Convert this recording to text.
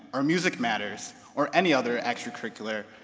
or music matters, or any other extracurricular,